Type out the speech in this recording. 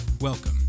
Welcome